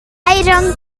iron